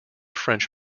french